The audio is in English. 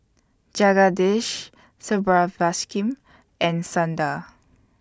Jagadish and Sundar